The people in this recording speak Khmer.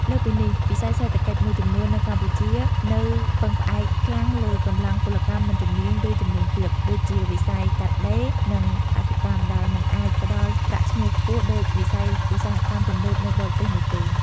លើសពីនេះ វិស័យសេដ្ឋកិច្ចមួយចំនួននៅកម្ពុជានៅពឹងផ្អែកខ្លាំងលើកម្លាំងពលកម្មមិនជំនាញ ឬជំនាញទាប ដូចជាវិស័យកាត់ដេរ និងកសិកម្ម ដែលមិនអាចផ្ដល់ប្រាក់ឈ្នួលខ្ពស់ដូចវិស័យឧស្សាហកម្មទំនើបនៅបរទេសនោះទេ។